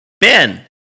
Ben